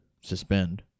suspend